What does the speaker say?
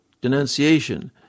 denunciation